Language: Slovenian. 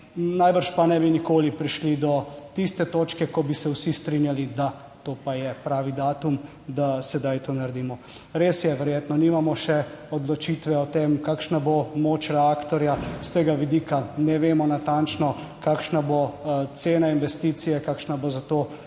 najbrž pa ne bi nikoli prišli do tiste točke, ko bi se vsi strinjali, da to pa je pravi datum, da sedaj to naredimo. Res je, verjetno nimamo še odločitve o tem, kakšna bo moč reaktorja. S tega vidika ne vemo natančno, kakšna bo cena investicije, kakšna bo za to posledično